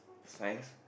science